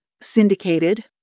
syndicated